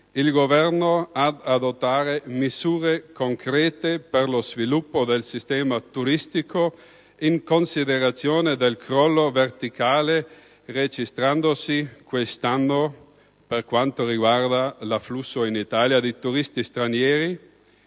il Governo ad adottare misure concrete per lo sviluppo del sistema turistico in considerazione del crollo verticale registratosi questo anno per quanto riguarda l'afflusso in Italia di turisti stranieri.